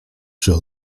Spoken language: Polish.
czy